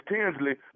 Tinsley